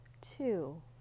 two